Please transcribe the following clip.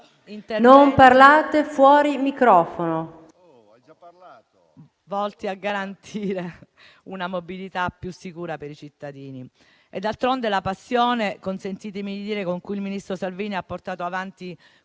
che prevede interventi volti a garantire una mobilità più sicura per i cittadini. D'altronde la passione - consentitemi di dirlo - con cui il ministro Salvini ha portato avanti